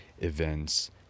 events